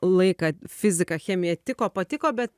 laiką fizika chemija tiko patiko bet